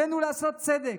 עלינו לעשות צדק.